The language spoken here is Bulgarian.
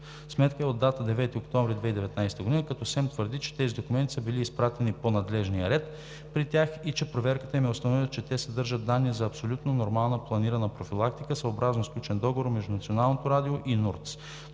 сметка е от дата 9 октомври 2019 г., като СЕМ твърди, че тези документи са били изпратени по надлежния ред при тях и че проверката им е установила, че те съдържат данни за абсолютно нормална, планирана профилактика, съобразно сключен договор между Националното радио и НУРТС.